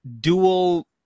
dual